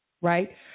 right